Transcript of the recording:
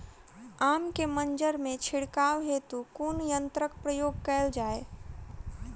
आम केँ मंजर मे छिड़काव हेतु कुन यंत्रक प्रयोग कैल जाय?